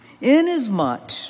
inasmuch